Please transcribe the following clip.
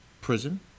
prison